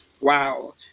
Wow